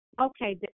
Okay